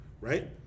right